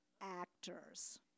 actors